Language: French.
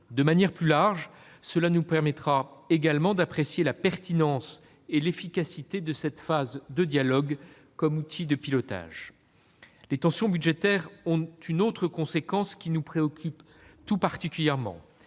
De manière plus large, cela nous permettra également d'apprécier la pertinence et l'efficacité de cette phase de dialogue comme outil de pilotage. Les tensions budgétaires ont une autre conséquence, qui nous préoccupe tout particulièrement